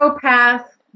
path